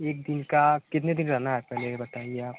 एक दिन का कितने दिन रहना है पहले ये बताइए आप